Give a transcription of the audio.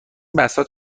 بساط